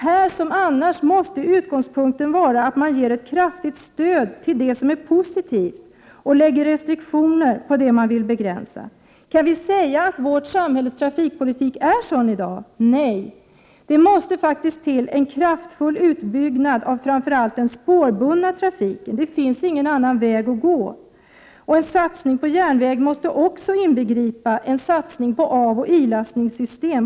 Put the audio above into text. Här, liksom på andra områden, måste utgångspunkten vara att man ger ett kraftigt stöd till det som är positivt och lägger restriktioner på det man vill begränsa. Kan vi säga att trafikpolitiken i vårt samhälle är sådan i dag? Nej, det måste faktiskt till en kraftig utbyggnad av framför allt den spårbundna trafiken. Det finns ingen annan väg att gå. En satsning på järnväg måste också inbegripa en satsning på avoch ilastningssystem.